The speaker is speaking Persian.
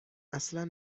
اصلا